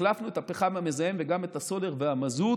החלפנו את הפחם המזהם וגם את הסולר והמזוט